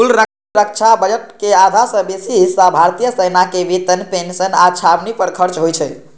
कुल रक्षा बजट के आधा सं बेसी हिस्सा भारतीय सेना के वेतन, पेंशन आ छावनी पर खर्च होइ छै